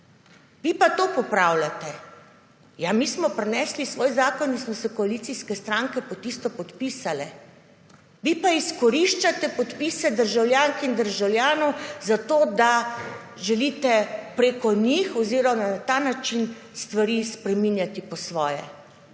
Vi pa to popravljate! Ja, mi smo prinesli svoj zakon in smo se koalicijske stranke pod tisto podpisale, vi pa izkoriščate podpise državljank in državljanov zato, da želite preko njih oziroma na ta način stvari spreminjati po svoje.